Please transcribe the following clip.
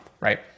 right